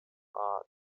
art